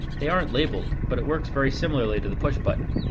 they aren't labeled, but it works very similarly to the push button.